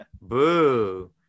Boo